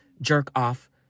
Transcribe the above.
jerk-off